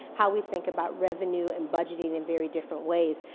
how we think about revenue and budgeting in very different ways.